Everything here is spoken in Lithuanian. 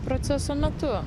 proceso metu